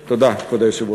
תודה, כבוד היושב-ראש.